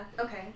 okay